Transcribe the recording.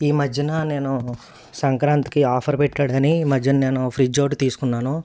ఈ మధ్యన నేను సంక్రాంతికి ఆఫర్ పెట్టాడని ఈ మధ్యన నేను ఫ్రిడ్జ్ ఒకటి తీసుకున్నాను